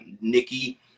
Nikki